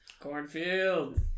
Cornfield